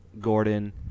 Gordon